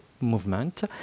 movement